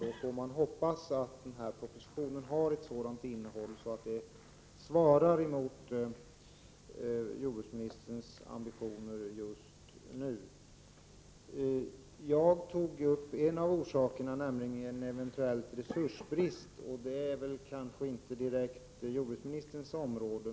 Vi får hoppas att propositionen har ett innehåll som svarar mot jordbruksministerns ambitioner. Jag tog upp en av orsakerna till den försämrade livsmedelskontrollen, nämligen en eventuell resursbrist. Det är kanske inte direkt jordbruksministerns område.